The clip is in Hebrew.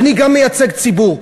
אני גם מייצג ציבור.